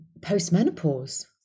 post-menopause